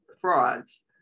frauds